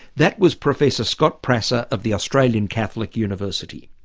that was professor scott prasser of the australian catholic university,